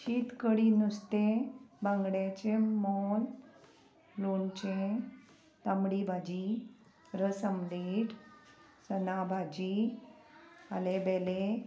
शीत कडी नुस्तें बांगड्याचें मोल लोणचें तांबडी भाजी रस आमलेट चना भाजी आलें बेले